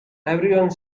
everyone